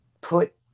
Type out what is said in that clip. put